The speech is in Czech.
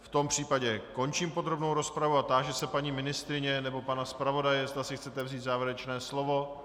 V tom případě končím podrobnou rozpravu a táži se paní ministryně nebo pana zpravodaje, zda si chcete vzít závěrečné slovo.